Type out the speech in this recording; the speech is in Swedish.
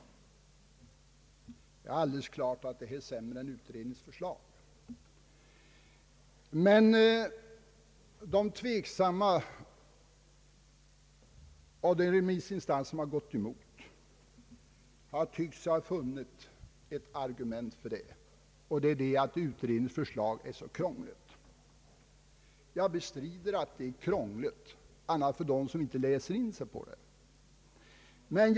Det är alldeles klart att propositionens förslag är sämre än utredningens, men de tveksamma och de remissinstanser som gått emot utredningens förslag tycks ha funnit ett argument för sitt ställningstägarnde, nämligen att utrednitigens förslag är mycket krångligt. Jag bestrider att det är krångligt för andra än för dem som inte läser in det ordentligt.